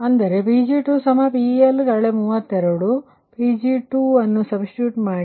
ಆದ್ದರಿಂದ ನಾವು ಮಾಡುತ್ತಿರುವುದು Pg2 Pg1min ಎಂದರೆ ಒಟ್ಟು ಲೋಡ್PL ಆಗಿದೆ ಅಂದರೆ Pg2PL 32 ಅಂದರೆ ನಿಮ್ಮ ಈ Pg2 ಅನ್ನು ಇಲ್ಲಿ ಸಬ್ಸ್ಟಿಟ್ಯೂಟ್ ಮಾಡಿ